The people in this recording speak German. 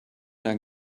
dein